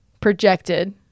projected